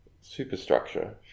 superstructure